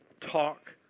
Talk